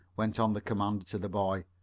went on the commander to the boy.